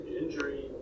injury